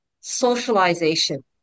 socialization